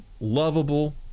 lovable